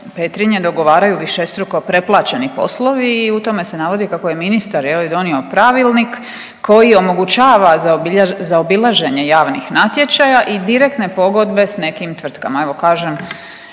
dogovaraju višestruko preplaćeni poslovi i u tome se navodi kako je ministar, je li, donio pravilnik koji omogućava zaobilaženje javnih natječaja i direktne pogodbe s nekim tvrtkama.